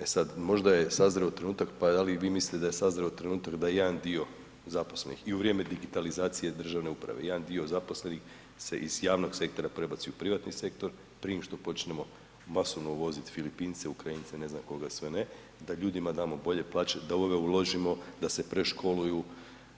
E sad, možda je sazrio trenutak, pa da li i vi mislite da je sazreo trenutak, da je jedan dio zaposlenih i u vrijeme digitalizacije državne uprave, jedan dio zaposlenih se iz javnog sektora prebaci u privatni sektor prije nego što počnemo masovno uvozit Filipince, Ukrajince, ne znam koga sve ne, da ljudima damo bolje plaće, da u ove uložimo da se preškoluju,